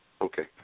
Okay